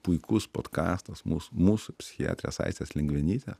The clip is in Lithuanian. puikus podkastas mus mūsų psichiatrės aistės lengvenytė